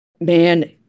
Man